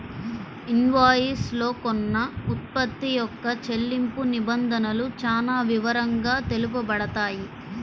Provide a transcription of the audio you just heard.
invoice లో కొన్న ఉత్పత్తి యొక్క చెల్లింపు నిబంధనలు చానా వివరంగా తెలుపబడతాయి